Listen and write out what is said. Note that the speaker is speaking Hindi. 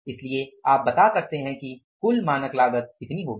इसलिए आप बता सकते हैं कि कुल मानक लागत कितनी होगी